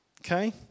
Okay